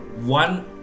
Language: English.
one